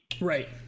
Right